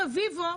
רביבו,